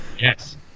Yes